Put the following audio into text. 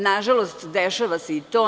Nažalost, dešava se i to.